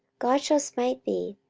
god shall smite thee,